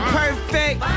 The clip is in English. perfect